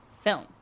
film